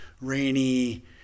rainy